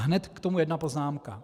Hned k tomu jedna poznámka.